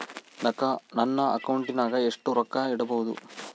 ನನ್ನ ಅಕೌಂಟಿನಾಗ ಎಷ್ಟು ರೊಕ್ಕ ಇಡಬಹುದು?